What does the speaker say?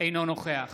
אינו נוכח